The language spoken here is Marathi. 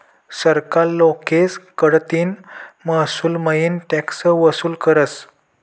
सरकार लोकेस कडतीन महसूलमईन टॅक्स वसूल करस